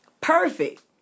perfect